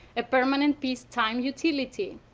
a permanent peacetime utility.